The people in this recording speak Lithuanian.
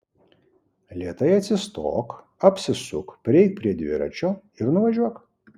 lėtai atsistok apsisuk prieik prie dviračio ir nuvažiuok